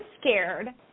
scared